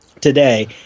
today